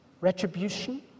retribution